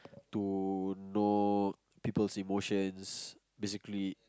to know people's emotions basically